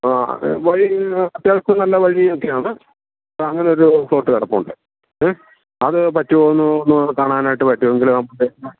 ആ വഴി അത്യാവശ്യം നല്ല വഴിയൊക്കെയാണ് അങ്ങനെയൊരു പ്ലോട്ട് കിടപ്പുണ്ട് അത് പറ്റുമോ എന്ന് ഒന്ന് കാണാനായിട്ട് പറ്റുമോ എങ്കിൽ